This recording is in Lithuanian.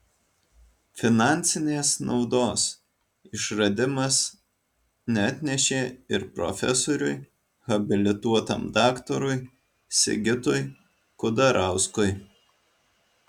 finansinės naudos išradimas neatnešė ir profesoriui habilituotam daktarui sigitui kudarauskui